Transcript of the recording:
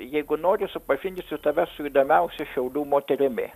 jeigu nori supažindinsiu tave su įdomiausia šiaulių moterimi